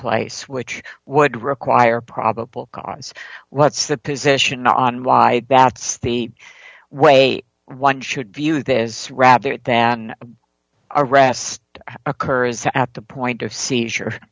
place which would require probable cause what's the position on why baths the way one should view this rather than arrest occurs at the point of seizure